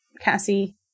Cassie